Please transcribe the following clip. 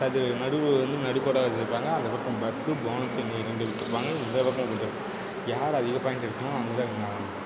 அது நடுவுல வந்து நடுக்கோடாக வச்சுருப்பாங்க அந்த பக்கம் பத்து போனஸு கொடுத்துருப்பாங்க இந்த பக்கம் கொடுத்துருப்பாங்க யார் அதிகம் பாயிண்ட் எடுக்கிறாங்களோ அவங்கதான் வின் ஆவாங்க